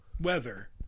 weather